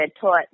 taught